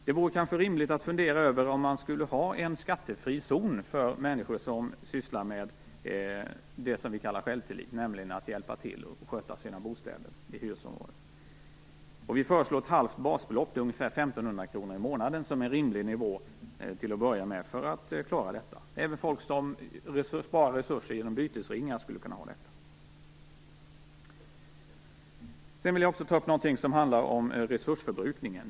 Det vore kanske rimligt att fundera över om man skulle ha en skattefri zon för människor som sysslar med det vi kallar självtillit, att hjälpa till och sköta sina bostäder i hyreshusområden. Vi föreslår ett halvt basbelopp - ungefär 1 500 kr i månaden - som en rimlig nivå, till att börja med, för att klara detta. Även folk som sparar resurser genom bytesringar skulle kunna få del av detta. Sedan vill jag ta upp något som handlar om resursförbrukningen.